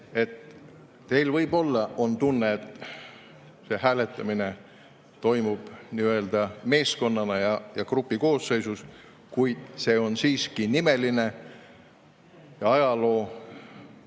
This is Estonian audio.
Teil võib olla tunne, et hääletamine toimub nii-öelda meeskonnana ja grupi koosseisus. Kuid see on siiski nimeline. Ajaloo